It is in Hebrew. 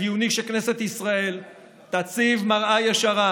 חיוני שכנסת ישראל תציב מראה ישרה,